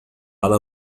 على